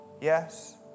Yes